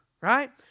right